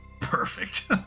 Perfect